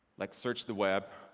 like search the web,